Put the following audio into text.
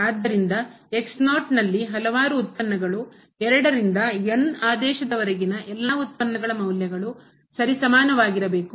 ಆದ್ದರಿಂದ ನಲ್ಲಿ ಹಲವಾರು ಉತ್ಪನ್ನಗಳು 2 ರಿಂದ ಆದೇಶದವರೆಗಿನ ಎಲ್ಲಾ ಉತ್ಪನ್ನಗಳ ಮೌಲ್ಯಗಳು ಸರಿಸಮಾನವಾಗಿರಬೇಕು